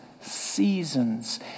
seasons